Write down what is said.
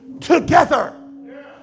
together